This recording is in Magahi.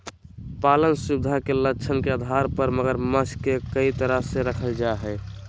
पालन सुविधा के लक्ष्य के आधार पर मगरमच्छ के कई तरह से रखल जा हइ